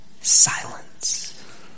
silence